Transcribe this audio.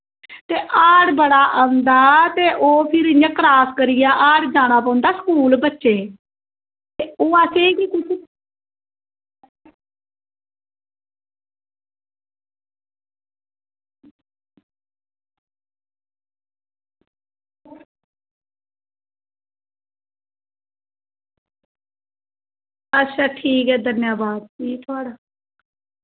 ते हाड़ बड़ा औंदा ते ओह् फिर इयां फिर क्रास करियै जाना पौंदा स्कूल बच्चें गी ते ओह् असेंगी बी कुछ अच्छा ठीक ऐ धन्यवाद तुआढ़ा